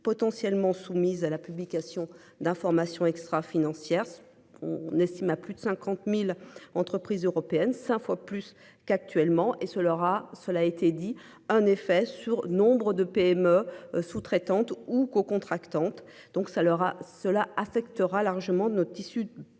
potentiellement soumise à la publication d'informations extra-financière. On estime à plus de 50.000 entreprises européennes, 5 fois plus qu'actuellement et ce Laura. Cela a été dit, un effet sur nombre de PME sous-traitantes ou co-contractante donc ça leur a cela affectera largement notre tissu de